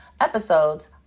episodes